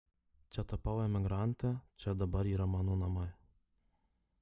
čia tapau emigrante čia dabar yra mano namai